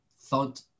thought